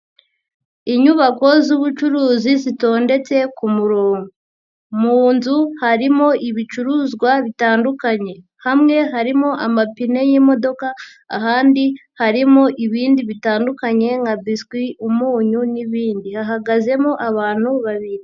Inyubako zubucuruzi zitondetse ku murongo. Mu nzu harimo ibicuruzwa bitandukanye. Hamwe harimo amapine y'imodoka, ahandi harimo ibindi bitandukanye nka biswi, umunyu n'ibindi. Hahagazemo abantu babiri.